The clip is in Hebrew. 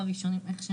החוק.